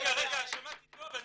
שמעתי טוב?